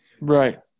Right